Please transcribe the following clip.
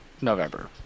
November